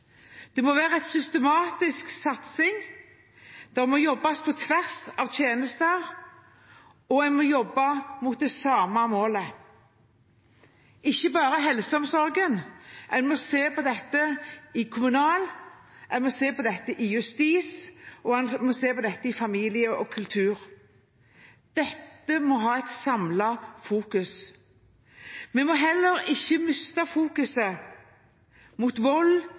Det må være en systematisk satsing, det må jobbes på tvers av tjenester, og en må jobbe mot det samme målet – ikke bare i eldreomsorgen. En må se på dette i kommunal-, i justis- og i familie- og kulturkomiteen. Dette må en fokusere på samlet. Vi må heller ikke miste fokuset på vold